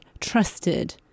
trusted